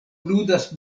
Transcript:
ludas